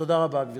תודה רבה, גברתי.